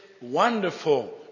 Wonderful